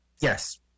Yes